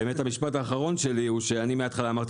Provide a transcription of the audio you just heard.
באמת המשפט האחרון שלי הוא שאני מהתחלה אמרתי